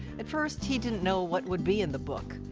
at first, he didn't know what would be in the book,